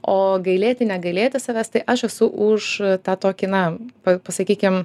o gailėti negailėti savęs tai aš esu už tą tokį na pa pasakykim